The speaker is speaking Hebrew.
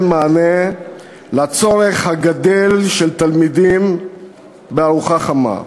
מענה לצורך הגדל של תלמידים בארוחה חמה.